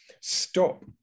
stop